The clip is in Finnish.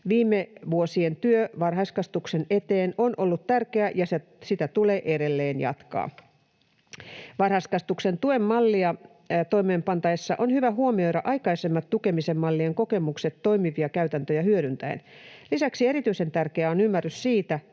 viime vuosien työ varhaiskasvatuksen eteen on ollut tärkeää, ja sitä tulee edelleen jatkaa. Varhaiskasvatuksen tuen mallia toimeenpantaessa on hyvä huomioida aikaisemmat tukemisen mallien kokemukset toimivia käytäntöjä hyödyntäen. Lisäksi erityisen tärkeää on ymmärrys siitä,